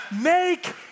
make